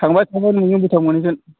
थांबाय थाबानो मोनो भुटान मोनहैगोन